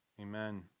amen